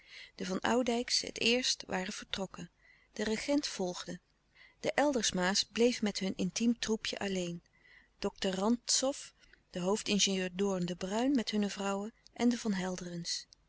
de van oudijcks het eerst waren vertrokken de regent volgde de eldersma's bleven met hun intiem troepje alleen dokter rantzow de hoofdingenieur doorn de bruijn met hunne vrouwen en de